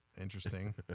Interesting